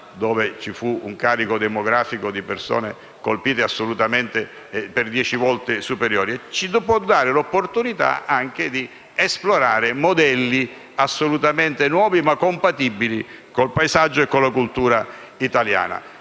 dove ci fu un carico demografico di persone colpite dieci volte superiore), perché questo ci può dare l'opportunità anche di esplorare modelli assolutamente nuovi, ma compatibili con il paesaggio e con la cultura italiana.